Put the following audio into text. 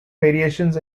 variations